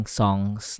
songs